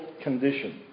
condition